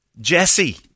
Jesse